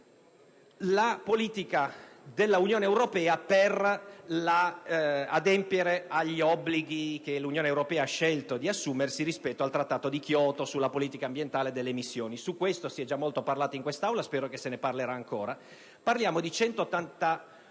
la politica dell'Unione europea per l'adempimento degli obblighi che l'Unione europea ha scelto di assumersi rispetto al Trattato di Kyoto sulla politica ambientale e delle emissioni. Su questo si è già molto dibattuto in quest'Aula e spero che se ne parlerà ancora.